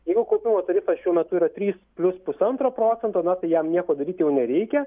jeigu kaupimo tarifas šiuo metu yra trys plius pusantro procento na tai jam nieko daryt jau nereikia